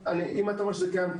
אם אתה אומר שזה קיים,